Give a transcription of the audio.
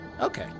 Okay